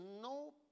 no